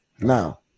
Now